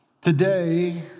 Today